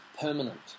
permanent